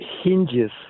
hinges